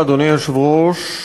אדוני היושב-ראש,